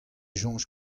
soñj